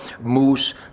moose